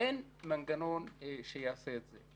אין מנגנון שיעשה את זה.